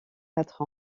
quatre